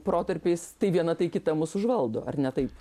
protarpiais tai viena tai kita mus užvaldo ar ne taip